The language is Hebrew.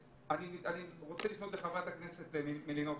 חברת הכנסת מלינובסקי,